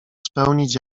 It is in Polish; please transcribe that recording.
spełnić